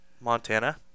Montana